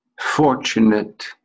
fortunate